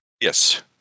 Yes